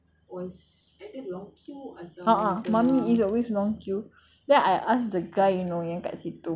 a'ah mummy is always long queue then I asked the guy you know yang dekat situ is mummy ride scary